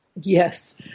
Yes